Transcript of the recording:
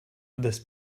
this